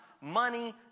money